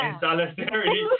solidarity